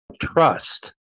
Trust